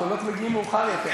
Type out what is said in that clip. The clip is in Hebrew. הקולות מגיעים מאוחר יותר.